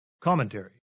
Commentary